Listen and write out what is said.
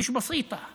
(אומר בערבית: זה לא פשוט,)